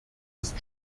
ist